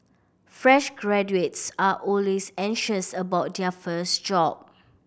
fresh graduates are always anxious about their first job